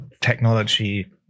technology